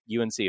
UNC